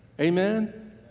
amen